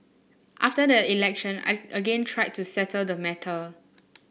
after the election I again tried to settle the matter